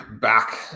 back